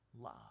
love